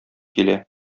килә